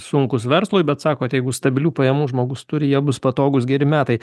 sunkūs verslui bet sakot jeigu stabilių pajamų žmogus turi jie bus patogūs geri metai